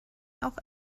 auch